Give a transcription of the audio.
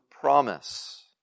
promise